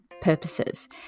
purposes